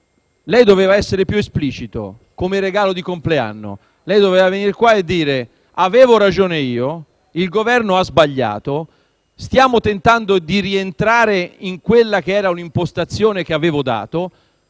Lei doveva essere più esplicito, come regalo di compleanno. Lei doveva venir qua e dire: avevo ragione io, il Governo ha sbagliato; stiamo tentando di rientrare in un'impostazione che avevo dato;